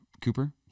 Cooper